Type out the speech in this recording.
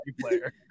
player